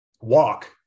walk